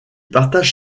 partage